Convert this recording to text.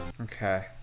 Okay